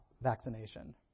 vaccination